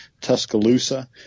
tuscaloosa